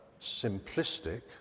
simplistic